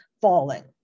falling